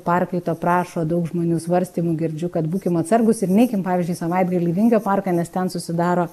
parkai to prašo daug žmonių svarstymų girdžiu kad būkim atsargūs ir neikim pavyzdžiui savaitgalį į vingio parką nes ten susidaro